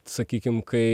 sakykim kai